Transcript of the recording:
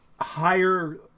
higher